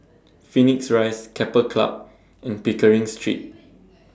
Phoenix Rise Keppel Club and Pickering Street